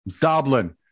Dublin